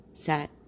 set